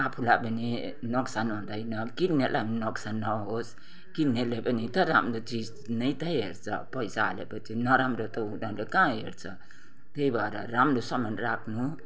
आफुलाई पनि नोक्सान हुँदैन किन्नेलाई पनि नोक्सान नहोस् किन्नेले पनि त राम्रो चिज नै त हेर्छ पैसा हालेपछि नराम्रो त उनीहरूले कहाँ हेर्छ त्यही भएर राम्रो समान राख्नु